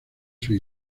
sus